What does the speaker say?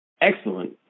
excellent